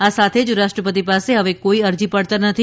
આ સાથે જ રાષ્ટ્રપતિ પાસે હવે કોઇ રજી પડતર નથી